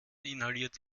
inhaliert